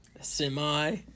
Semi